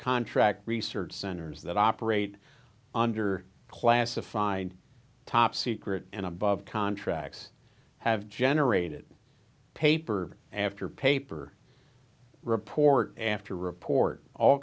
contract research centers that operate under classified top secret and above contracts have generated paper after paper report after report all